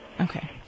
Okay